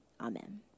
amen